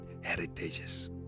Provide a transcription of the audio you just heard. heritages